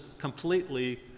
completely